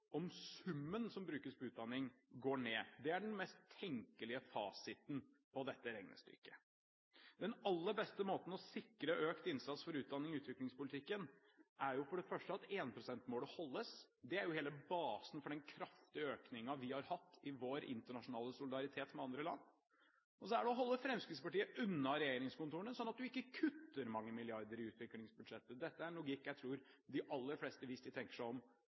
om summen som brukes på utdanning går ned. Det er den mest tenkelige fasiten på dette regnestykket. Den aller beste måten å sikre økt innsats for utdanning i utviklingspolitikken på er for det første at én-prosent-målet holdes – det er jo hele basen for den kraftige økningen vi har hatt i vår internasjonale solidaritet med andre land – og så er det å holde Fremskrittspartiet unna regjeringskontorene, sånn at man ikke kutter mange milliarder i utviklingsbudsjettet. Dette er en logikk jeg tror de aller fleste, hvis de tenker seg om,